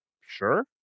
sure